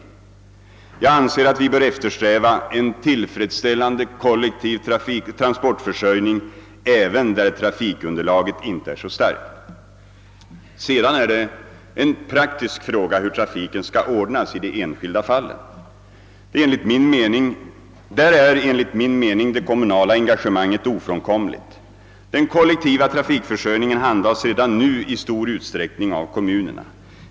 Jag anser att vi bör eftersträva en tillfredsställande = kollektiv transportförsörjning även där trafikunderlaget inte är så starkt. Sedan är det en praktisk fråga, hur trafiken skall ordnas i de enskilda fallen. Där är enligt min mening det kommunala engagemanget ofrånkomligt. Den kollektiva = trafikförsörjningen handhas redan nu i stor utsträckning av kommunerna.